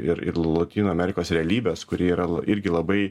ir ir lotynų amerikos realybės kuri yra l irgi labai